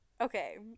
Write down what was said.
okay